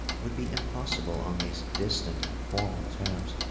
would be impossible on these distant and formal terms.